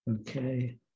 Okay